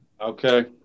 Okay